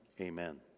amen